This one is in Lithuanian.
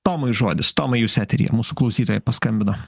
tomui žodis tomai jūs eteryje mūsų klausytoja paskambino